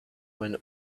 when